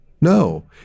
No